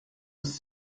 was